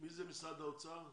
מי זה ממשרד האוצר?